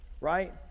right